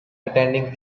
attending